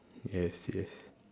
yes yes